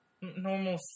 Normal